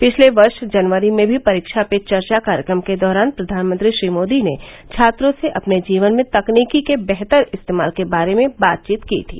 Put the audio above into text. पिछले वर्ष जनवरी में भी परीक्षा पे चर्चा कार्यक्रम के दौरान प्रधानमंत्री मोदी ने छात्रों से अपने जीवन में तकनीकी के बेहतर इस्तेमाल के बारे में बातचीत की थी